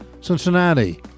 Cincinnati